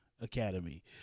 Academy